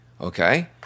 okay